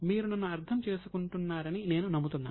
మీరు నన్నుఅర్థం చేసుకుంటున్నారని నేను నమ్ముతున్నాను